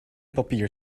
papier